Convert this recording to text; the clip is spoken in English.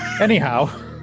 Anyhow